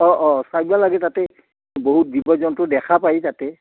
অঁ অঁ চাইব লাগে তাতে বহুত জীৱ জন্তু দেখা পায়ি তাতে